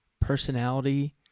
personality